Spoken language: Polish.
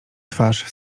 twarz